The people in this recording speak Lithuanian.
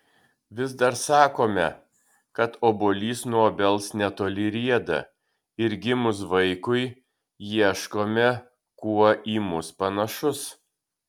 vis dar sakome kad obuolys nuo obels netoli rieda ir gimus vaikui ieškome kuo į mus panašus